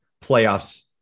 playoffs